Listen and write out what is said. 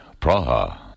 Praha